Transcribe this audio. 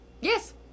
Yes